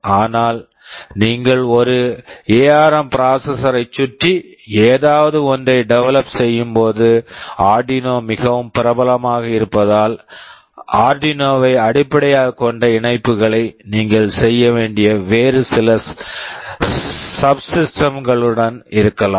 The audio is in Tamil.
ஆனால் நீங்கள் ஒரு எஆர்எம் ARM ப்ராசஸர் processor ஐச் சுற்றி ஏதாவது ஒன்றை டெவெலப் develop செய்யும்போது ஆர்டினோ Arduino மிகவும் பிரபலமாக இருப்பதால் ஆர்டினோ Arduino ஐ அடிப்படையாகக் கொண்ட இணைப்புகளை நீங்கள் செய்ய வேண்டிய வேறு சில சப்ஸிஸ்டெம்ஸ் subsystems கள் இருக்கலாம்